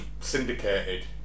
syndicated